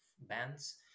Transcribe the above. bands